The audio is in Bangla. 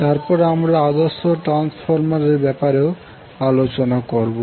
তারপর আমরা আদর্শ ট্রান্সফরমারের ব্যাপারেও আলোচনা করবো